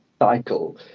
cycle